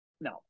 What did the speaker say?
No